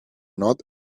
not